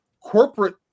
corporate